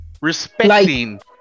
respecting